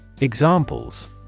Examples